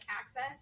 access